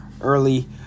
early